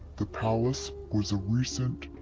the palace was a recent.